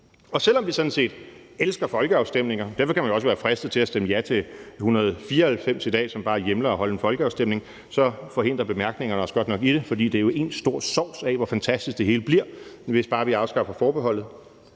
Og selv om vi sådan set elsker folkeafstemninger, og derfor kan man jo også være fristet til at stemme ja til L 194, som bare hjemler at holde en folkeafstemning, så forhindrer bemærkningerne os godt nok i det, for det er jo en stor sovs af, hvor fantastisk det hele bliver, hvis bare vi afskaffer forbeholdet.